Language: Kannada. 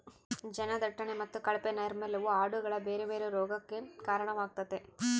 ಜನದಟ್ಟಣೆ ಮತ್ತೆ ಕಳಪೆ ನೈರ್ಮಲ್ಯವು ಆಡುಗಳ ಬೇರೆ ಬೇರೆ ರೋಗಗಕ್ಕ ಕಾರಣವಾಗ್ತತೆ